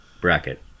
bracket